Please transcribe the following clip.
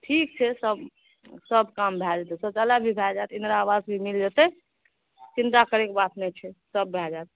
ठीक छै सब सब काम भए जेतै शौचालय भी भए जाएत इन्दिरा आवास भी मिल जेतै चिन्ता करैके बात नहि छै सब भए जाएत